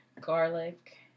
garlic